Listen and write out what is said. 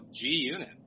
G-Unit